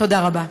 תודה רבה.